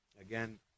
Again